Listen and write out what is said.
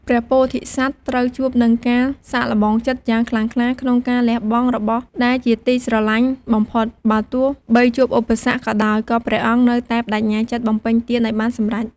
ព្រះពោធិសត្វត្រូវជួបនឹងការសាកល្បងចិត្តយ៉ាងខ្លាំងក្លា ក្នុងការលះបង់របស់ដែលជាទីស្រឡាញ់បំផុត បើទោះបីជួបឧបសគ្គក៏ដោយ ក៏ព្រះអង្គនៅតែប្តេជ្ញាចិត្តបំពេញទានឱ្យបានសម្រេច។